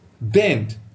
bend